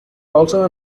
also